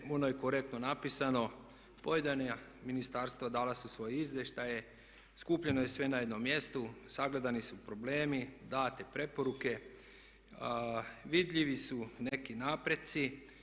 Ono je korektno napisano, pojedina ministarstva dala su svoje izvještaje, skupljeno je sve na jednom mjestu, sagledani su problemi, date preporuke, vidljivi su neki napredci.